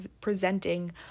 presenting